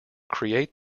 create